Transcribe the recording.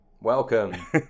Welcome